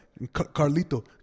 Carlito